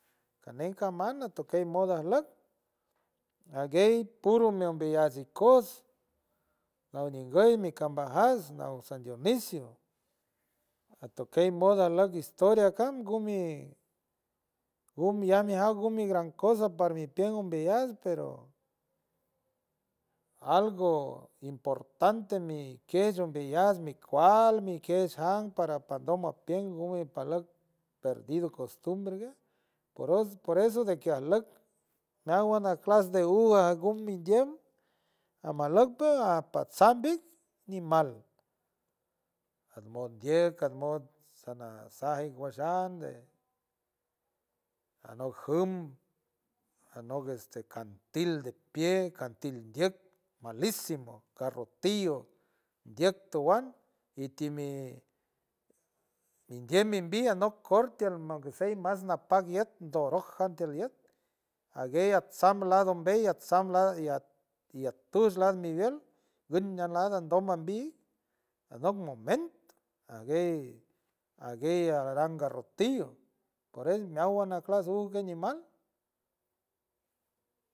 Caney caman atoquey moda aslog, aguey puro meombe ayeas ikoots aninguy tikambajas naw san dionicio atokey lod modo historia cam gumy an gumy an amiaw gumy gran cosa parbi pean ambiayeat pero algo importante mi quiensh ombeayeat pero algo importante mi quiensh umbeayeat micual, miquesh jan para pandonma a pien gume palog perdido costumbre por eso de askielec nawa de clase de ugua uganndiem amacloc pue apantzan bic himal, nmondiec admots anaza gey washan de anot jium anot de este cantil de pie, cantil ndiek malisimo garrotillo ndiek towan y tiemi ndiem embian a now cortiel maquisey más na pad guiet dorog jandielek aguey atsam lado embey atsam la latushlay am miguel gñunan nada dom ambi anom momen aguey, aguey araran garrotillo por eso miawua na class aguey animal.